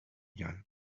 jan